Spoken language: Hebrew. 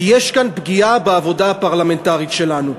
כי יש כאן פגיעה בעבודה הפרלמנטרית שלנו.